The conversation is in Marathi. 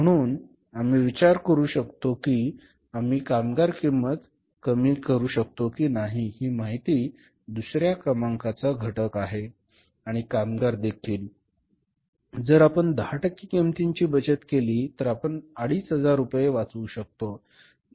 म्हणून आम्ही विचार करू शकतो की आम्ही कामगार किंमत कमी करू शकतो की नाही ही माहिती दुसर्या क्रमांकाचा घटक आहे आणि कामगार देखील जर आपण 10 टक्के किंमतीची बचत केली तर आपण 2500 रुपये वाचवू शकतो